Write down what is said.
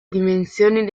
dimensioni